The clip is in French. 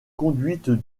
conduite